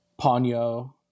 Ponyo